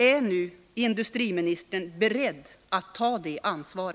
Är industriministern beredd att ta detta ansvar?